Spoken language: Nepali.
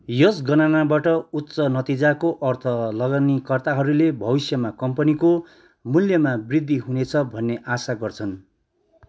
यस गणनाबाट उच्च नतिजाको अर्थ लगानीकर्ताहरूले भविष्यमा कम्पनीको मूल्यमा वृद्धि हुनेछ भन्ने आशा गर्छन्